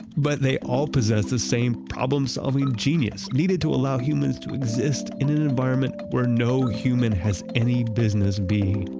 but they all possess the same problem-solving genius needed to allow humans to exist in an environment where no human has any business being.